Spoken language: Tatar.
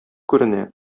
күренә